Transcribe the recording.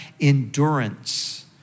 endurance